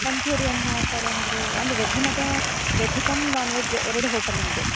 manchurian ಆ ಥರ ಏನಾದರೂ ಅಂದು ವೆಜ್ ಮತ್ತು ವೆಜ್ ಕಮ್ ನಾನ್ ವೆಜ್ ಎರಡು ಹೋಟೆಲಿಂದು